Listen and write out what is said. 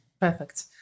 Perfect